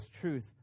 truth